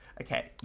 Okay